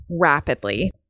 rapidly